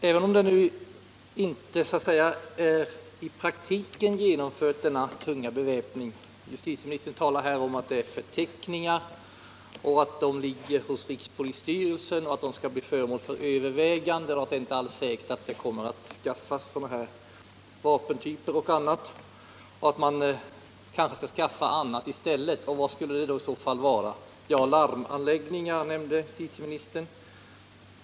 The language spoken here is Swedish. Herr talman! Låt vara att den tunga beväpningen inte är genomförd i praktiken. Justitieministern säger att det gäller förteckningar som ligger hos rikspolisstyrelsen och skall bli föremål för överväganden, att det inte alls är säkert att sådana vapen kommer att skaffas utan att man kanske skaffar annat i stället. Men vad skulle i så fall detta andra vara? Justitieministern nämnde larmanläggningar.